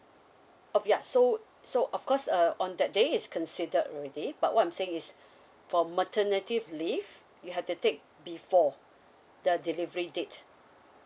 oh ya so so of course uh on that day it's considered already but what I'm saying is for maternity leave you have to take before the delivery date